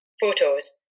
photos